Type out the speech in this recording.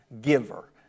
giver